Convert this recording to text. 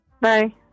Bye